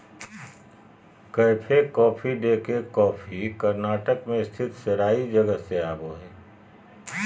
cafe Coffee Day के coffee Karnataka मे स्थित सेराई जगह से आवो हय